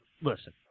listen